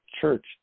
church